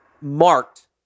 marked